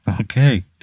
Okay